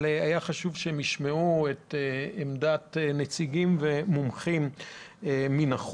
אבל היה חשוב שהם ישמעו את עמדות הנציגים והמומחים מהחוץ.